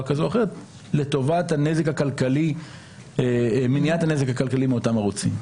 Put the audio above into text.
כזאת או אחרת לטובת מניעת הנזק הכלכלי מאותם ערוצים.